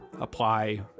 apply